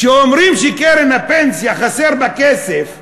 כשאומרים שקרן הפנסיה, חסר בה כסף,